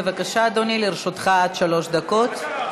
בבקשה, אדוני, לרשותך עד שלוש דקות.